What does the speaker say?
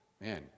Man